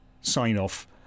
sign-off